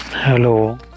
Hello